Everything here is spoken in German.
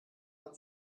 man